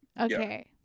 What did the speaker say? Okay